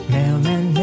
Mailman